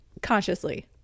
consciously